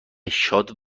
شاد